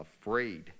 afraid